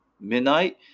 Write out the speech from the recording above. midnight